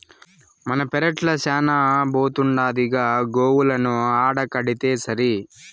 మన పెరట్ల శానా బోతుండాదిగా గోవులను ఆడకడితేసరి